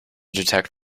detect